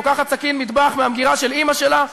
לוקחת סכין מטבח מהמגירה של אימא שלה,